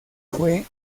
fue